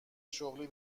شغلی